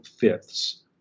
fifths